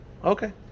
Okay